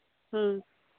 ᱦᱮᱸ